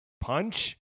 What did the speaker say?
punch